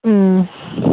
ꯎꯝ